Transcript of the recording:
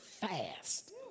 fast